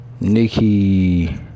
Nikki